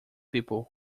people